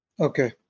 okay